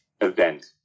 Event